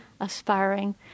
aspiring